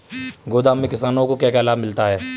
गोदाम से किसानों को क्या क्या लाभ मिलता है?